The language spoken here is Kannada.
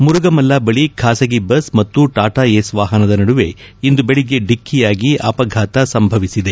ಮುರುಗಮಲ್ಲ ಬಳಿ ಖಾಸಗಿ ಬಸ್ ಮತ್ತು ಟಾಟಾ ಏಸ್ ವಾಹನದ ನದುವೆ ಇಂದು ಬೆಳಗ್ಗೆ ಡಿಕ್ಕಿಯಾಗಿ ಅಪಘಾತ ಸಂಭವಿಸಿದೆ